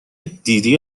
دیدی